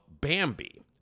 Bambi